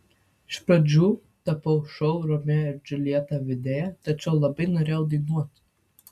iš pradžių tapau šou romeo ir džiuljeta vedėja tačiau labai norėjau dainuoti